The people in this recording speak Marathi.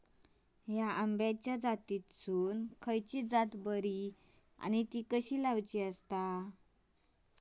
हया आम्याच्या जातीनिसून कसली जात बरी आनी कशी लाऊची?